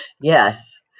Yes